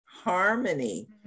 harmony